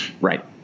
Right